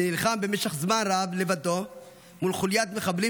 שנלחם במשך זמן רב לבדו מול חוליית מחבלים